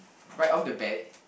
right off the bat